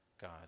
God